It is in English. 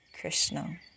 Krishna